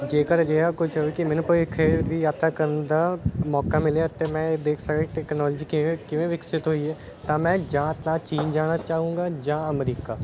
ਜੇਕਰ ਅਜਿਹਾ ਕੁਝ ਹੋਵੇ ਕਿ ਮੈਨੂੰ ਭਵਿੱਖ ਦੀ ਕਰਨ ਦਾ ਮੌਕਾ ਮਿਲਿਆ ਅਤੇ ਮੈਂ ਇਹ ਦੇਖ ਸਕਾਂ ਟੈਕਨੋਲੋਜੀ ਕਿਵੇਂ ਕਿਵੇਂ ਵਿਕਸਿਤ ਹੋਈ ਹੈ ਤਾਂ ਮੈਂ ਜਾਂ ਤਾਂ ਚੀਨ ਜਾਣਾ ਚਾਹੂੰਗਾ ਜਾਂ ਅਮਰੀਕਾ